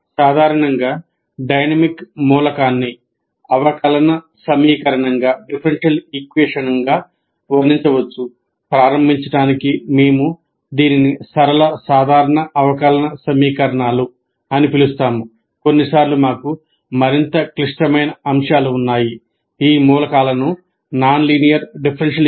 సాధారణంగా డైనమిక్ మూలకాన్ని అవకలన సమీకరణంగా రూపొందించాలి